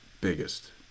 biggest